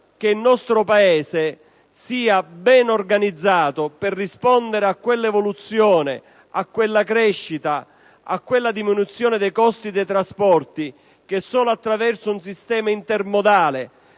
che il nostro Paese sia ben organizzato per rispondere a quella evoluzione, a quella crescita, a quella diminuzione dei costi dei trasporti che solo attraverso un sistema intermodale,